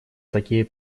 такие